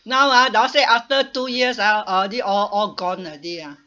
now ah they all say after two years ah already all all gone already ah